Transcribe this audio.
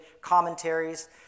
commentaries